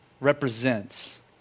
represents